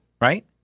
right